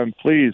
please